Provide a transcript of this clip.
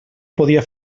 podia